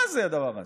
מה זה הדבר הזה?